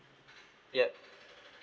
yup